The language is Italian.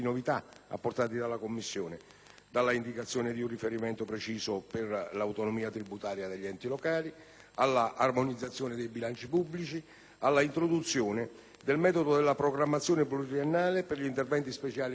dall'indicazione di un riferimento preciso per l'autonomia tributaria degli enti locali all'armonizzazione dei bilanci pubblici, all'introduzione del metodo della programmazione pluriennale per gli interventi speciali per la coesione e il Mezzogiorno.